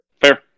Fair